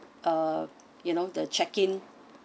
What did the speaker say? uh you know the checking